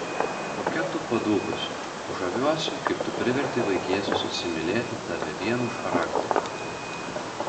kokia tu padūkusi žaviuosi kaip tu priverti vaikėzus įsimylėti tave vien už charakterį